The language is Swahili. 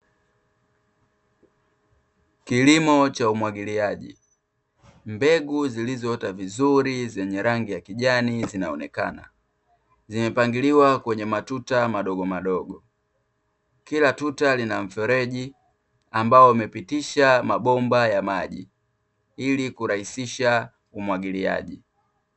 Kilimo cha umwagiliaji, mbegu zilizoota vizuri zenye rangi ya kijani zinaonekana. Zimepangiliwa kwenye matuta madogo madogo, kila tuta lina mfereji ambao umepitisha mabomba ya maji ili kurahisisha umwagiliaji.